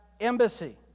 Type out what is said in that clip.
embassy